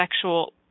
sexual